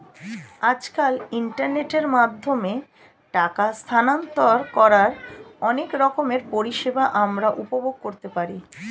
আজকাল ইন্টারনেটের মাধ্যমে টাকা স্থানান্তর করার অনেক রকমের পরিষেবা আমরা উপভোগ করতে পারি